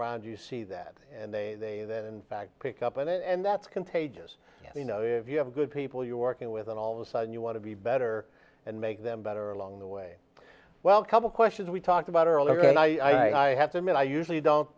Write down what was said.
around you see that and they then in fact pick up on it and that's contagious you know if you have good people you're working with and all the sudden you want to be better and make them better along the way well couple questions we talked about earlier and i have to admit i usually don't